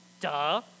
Duh